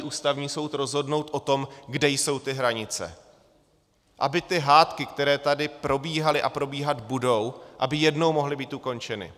Ústavní soud rozhodnout o tom, kde jsou ty hranice, aby ty hádky, které tady probíhaly a probíhat budou, jednou mohly být ukončeny.